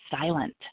silent